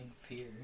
fear